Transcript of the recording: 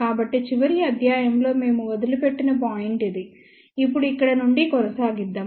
కాబట్టి చివరి అధ్యాయం లో మేము వదిలి పెట్టిన పాయింట్ ఇది ఇప్పుడు ఇక్కడి నుండి కొనసాగిద్దాం